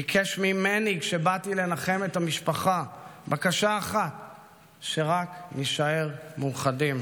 ביקש ממני כשבאתי לנחם את המשפחה בקשה אחת: שרק נישאר מאוחדים,